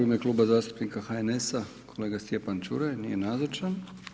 U ime Kluba zastupnika HNS-a, kolega Stjepan Čuraj, nije nazočan.